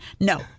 no